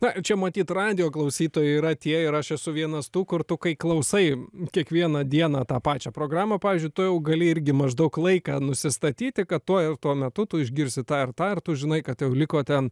na čia matyt radijo klausytojai yra tie ir aš esu vienas tų kur tu kai klausai kiekvieną dieną tą pačią programą pavyzdžiui tu jau gali irgi maždaug laiką nusistatyti kad tuo ir tuo metu tu išgirsi tą ir tą ir tu žinai kad jau liko ten